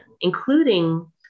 including